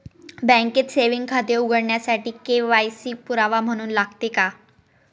बँकेत सेविंग खाते उघडण्यासाठी के.वाय.सी पुरावा म्हणून लागते का?